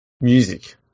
music